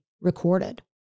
recorded